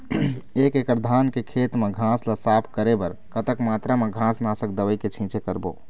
एक एकड़ धान के खेत मा घास ला साफ करे बर कतक मात्रा मा घास नासक दवई के छींचे करबो?